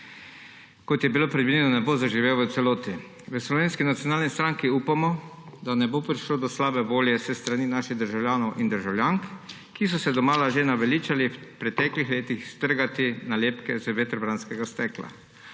kot je bilo predvideno, ne bo zaživel v celoti. V Slovenski nacionalni stranki upamo, da ne bo prišlo do slabe volje s strani naših državljank in državljanov, ki so se domala že naveličali v preteklih letih strgati nalepke z vetrobranskega stekla.